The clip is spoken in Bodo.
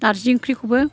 नार्जि ओंख्रिखौबो